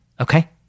Okay